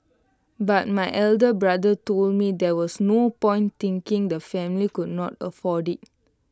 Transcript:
but my elder brother told me there was no point thinking the family could not afford IT